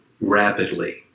rapidly